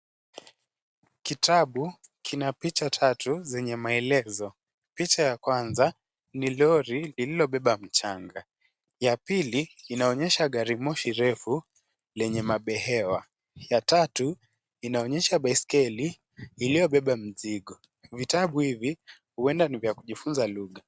Kitabu kina picha tatu zenye maelezo. Picha ya kwanza ni lori lililobeba mchanga. Ya pili inaonyesha gari moshi refu lenye mabehewa. Ya tatu inaonyesha baiskeli iliyobeba mzigo. Vitabu hivi huenda ni vya kujifunza lugha.